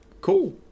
Cool